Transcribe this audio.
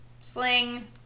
Sling